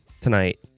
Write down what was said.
tonight